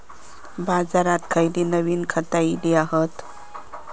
बाजारात खयली नवीन खता इली हत?